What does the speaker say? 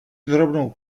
drobnou